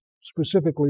specifically